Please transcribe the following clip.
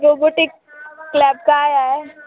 robotic club काय आहे